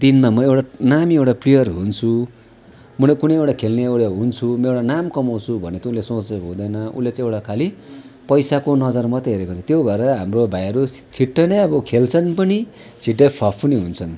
दिनमा म एउटा नामी एउटा प्लेयर हुन्छु म नि कुनै एउटा खेल्ने एउटा हुन्छु म एउटा नाम कमाउँछु भनेर चाहिँ उसले सोचेको हुँदैन उसले चाहिँ एउटा खाली पैसाको नजर मात्रै हेरेको छ त्यो भएर हाम्रो भाइहरू छिट्टै नै अब खेल्छन् पनि छिट्टै फ्लप पनि हुन्छन्